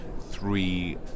three